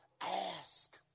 Ask